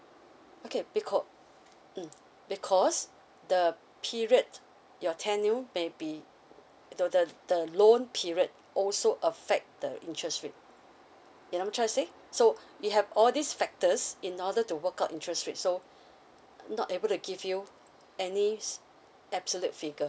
okay beca~ mm because the period your tenure maybe the the the loan period also affect the interest rate you know what I'm trying to say so we have all these factors in order to work out interest rate so not able to give you any absolute figure